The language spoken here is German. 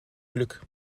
glück